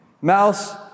Mouse